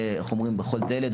לזעוק בכל דלת,